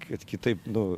kad kitaip nu